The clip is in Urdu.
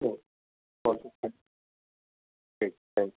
ٹھیک ہے اوکے تھینک ہے